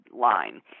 line